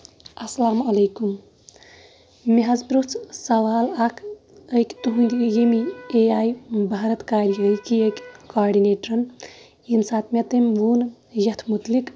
السلام علیکُم مےٚ حظ پرٛوژھ سوال اکھ أکۍ تُہندۍ یٔمی اے آیۍ بھارت کالجہِ کی أکۍ کاڈنیٹرن یٔمۍ ساتہٕ مےٚ تٔمۍ ووٚن یَتھ مُتعلِق